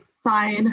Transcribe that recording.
side